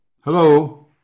Hello